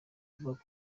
avuga